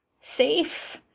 safe